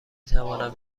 توانم